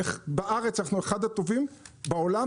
בארץ אנחנו בין הטובים בעולם,